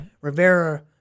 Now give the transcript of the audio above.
Rivera